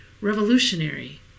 revolutionary